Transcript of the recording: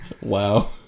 Wow